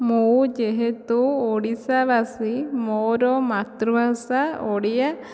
ମୁଁ ଯେହେତୁ ଓଡ଼ିଶା ବାସୀ ମୋର ମାତୃଭାଷା ଓଡ଼ିଆ